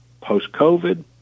post-COVID